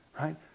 right